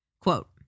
Quote